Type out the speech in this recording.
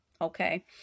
okay